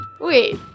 wait